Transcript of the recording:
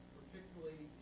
particularly